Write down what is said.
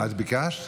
את ביקשת?